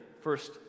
first